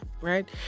right